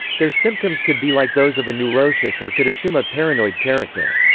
their symptoms could be like those of a neurosis or could assume a paranoid character.